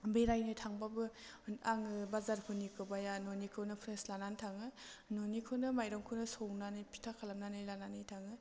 बेरायनो थांबाबो आङो बाजारफोरनिखौ बाइया न'निखौनो प्रेस लानानै थाङो न'निखौनो माइरंखौनो सौनानै फिथा खालामनानै लानानै थाङो